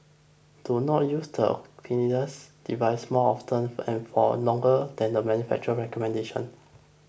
do not use the devices more often and for longer than the manufacturer's recommendations